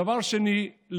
דבר שני,